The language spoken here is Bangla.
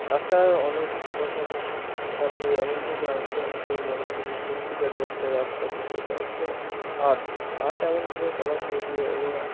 আঁকা অনেক রকম আপনি এমনভাবে আঁকবেন যে মনে হবে যে সত্যিকারের একটা রাস্তা কিন্তু এটা আর কি আর্ট আর্ট এমনভাবে করা হয় যে এবারে